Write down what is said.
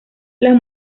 las